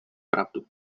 pravdu